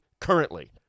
currently